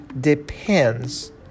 depends